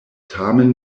tamen